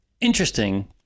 interesting